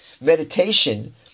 meditation